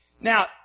Now